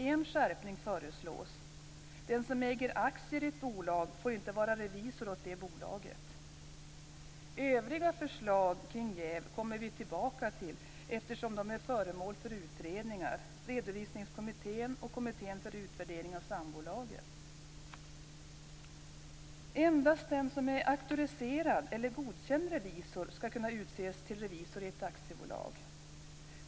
En skärpning föreslås: Den som äger aktier i ett bolag får inte vara revisor åt det bolaget. Övriga förslag kring jäv kommer vi tillbaka till eftersom de är föremål för utredningar: Redovisningskommittén och Kommittén för utvärdering av sambolagen. Endast den som är auktoriserad eller godkänd revisor skall kunna utses till revisor i ett aktiebolag.